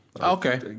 Okay